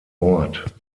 ort